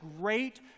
great